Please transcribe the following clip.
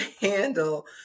handle